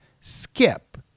skip